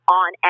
on